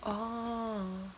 orh